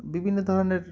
বিভিন্ন ধরনের